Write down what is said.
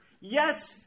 Yes